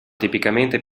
tipicamente